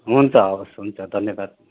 हुन्छ हवस् हुन्छ धन्यवाद